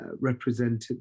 represented